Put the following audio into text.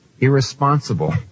irresponsible